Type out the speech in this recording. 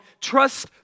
Trust